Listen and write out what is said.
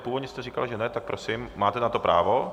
Původně jste říkal, že ne, tak prosím, máte na to právo.